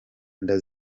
nda